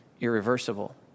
irreversible